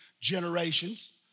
generations